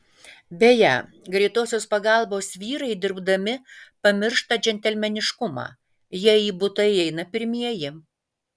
beje greitosios pagalbos vyrai dirbdami pamiršta džentelmeniškumą jie į butą įeina pirmieji